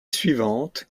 suivante